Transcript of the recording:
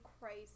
crazy